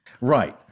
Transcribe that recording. Right